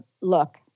Look